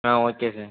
ah okay sir